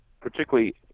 particularly